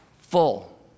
full